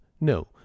no